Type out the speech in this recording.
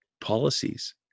policies